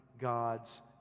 God's